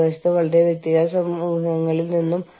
ഏത് വ്യവസ്ഥക്ക് മുൻഗണന നൽകും